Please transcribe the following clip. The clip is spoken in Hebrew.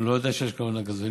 לא יודע שיש כוונה כזאת.